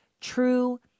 true